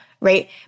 right